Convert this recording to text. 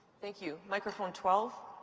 thank you. microphone twelve.